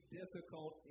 difficult